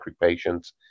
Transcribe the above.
patients